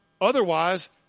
Otherwise